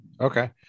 okay